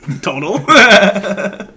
total